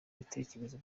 bitekerezo